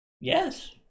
Yes